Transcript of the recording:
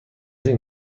این